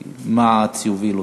ומע"צ יוביל אותו.